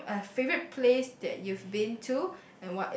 name a favorite place that you've been to